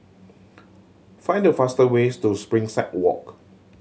find the fast ways to Springside Walk